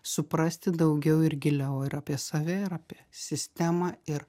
suprasti daugiau ir giliau ir apie save ir apie sistemą ir